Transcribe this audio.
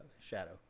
Shadow